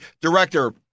Director